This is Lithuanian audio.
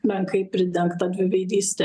menkai pridengta dviveidystė